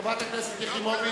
חברת הכנסת יחימוביץ.